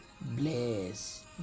bless